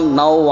now